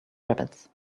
rabbits